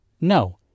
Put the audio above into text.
No